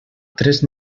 tres